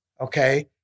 okay